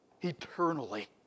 eternally